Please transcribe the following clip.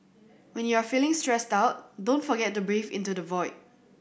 when you are feeling stressed out don't forget to breathe into the void